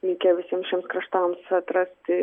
reikia visiems šiems kraštams atrasti